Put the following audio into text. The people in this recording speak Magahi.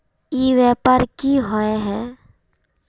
ई व्यापार की होय है?